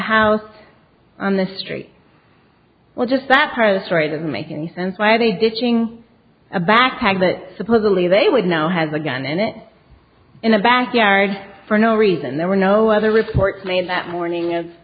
house on the street well just that part of the story doesn't make any sense why they did a backpack that supposedly they would know has a gun in it in the backyard for no reason there were no other reports made that morning